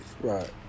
Right